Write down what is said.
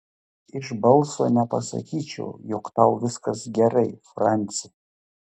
iš balso nepasakyčiau jog tau viskas gerai franci